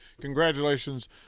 Congratulations